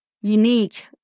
unique